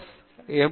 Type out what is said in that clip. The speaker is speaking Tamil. S மற்றும் எம்